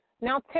Now